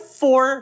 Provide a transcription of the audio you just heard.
four